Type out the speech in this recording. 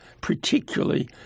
particularly